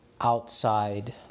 outside